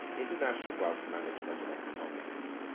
international wealth management and economics.